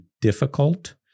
difficult